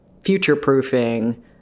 future-proofing